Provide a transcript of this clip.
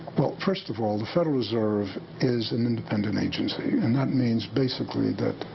well, first of all, the federal reserve is an independent agency. and that means basically, that.